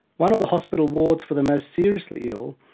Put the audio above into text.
one of the hospital wards, for the most seriously ill,